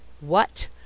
What